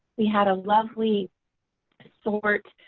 we had a lovely sort.